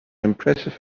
impressive